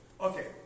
Okay